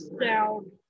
down